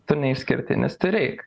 tu neišskirtinis tu ir eik